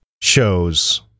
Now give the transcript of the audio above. shows